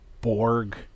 Borg